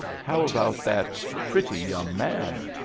how about that pretty young man?